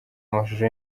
amashusho